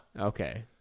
okay